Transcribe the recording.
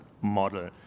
model